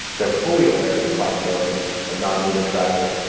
they're fully aware of the possibility of non-human traffic.